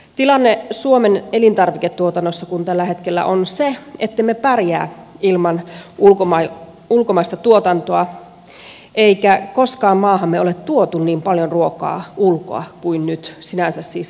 tilanne suomen elintarviketuotannossa tällä hetkellä on se ettemme pärjää ilman ulkomaista tuotantoa eikä koskaan maahamme ole tuotu niin paljon ruokaa ulkoa kuin nyt sinänsä siis valitettava tilanne